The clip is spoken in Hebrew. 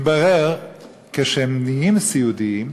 מתברר שכשהם נהיים סיעודיים,